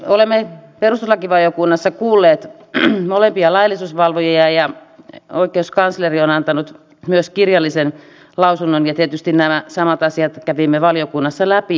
olemme perustuslakivaliokunnassa kuulleet molempia laillisuusvalvojia ja oikeuskansleri on antanut myös kirjallisen lausunnon ja tietysti nämä samat asiat kävimme valiokunnassa läpi